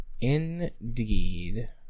Indeed